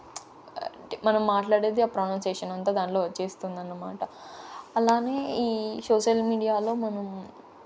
అంటే మనం మాట్లాడేది ప్రొనౌన్షియేషన్ అంతా దాంట్లో వచ్చేస్తుంది అన్నమాట అలానే ఈ సోషల్ మీడియాలో మనం